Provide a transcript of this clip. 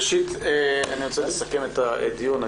ראשית, אני רוצה לסכם את הדיון.